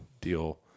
deal